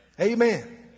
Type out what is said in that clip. Amen